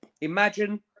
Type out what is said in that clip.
Imagine